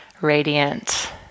radiant